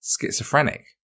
schizophrenic